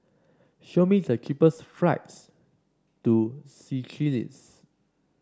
show me the cheapest flights to Seychelles